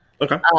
Okay